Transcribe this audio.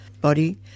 body